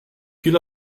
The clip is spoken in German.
viel